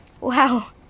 Wow